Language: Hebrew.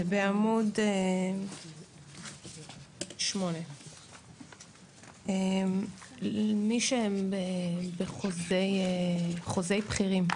זה בעמוד 8. מי שבחוזי בכירים,